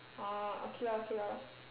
orh okay lor okay lor